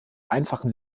einfachen